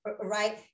right